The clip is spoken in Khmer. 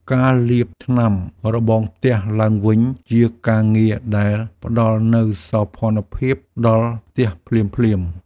ការលាបថ្នាំរបងផ្ទះឡើងវិញ ជាការងារដែលផ្តល់នូវសោភ័ណភាពដល់ផ្ទះភ្លាមៗ។